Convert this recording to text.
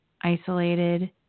isolated